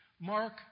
Mark